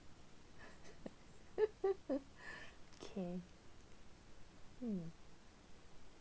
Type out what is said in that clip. okay mm